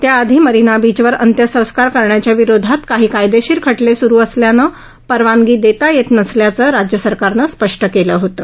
त्याआधी मरिना बीचवर अंत्यसंस्कार करण्याच्या विरोधात काही कायदेशीर खटले चालू असल्यानं परवानगी देता येत नसल्याचं राज्य सरकारनं स्पष्ट केलं होतं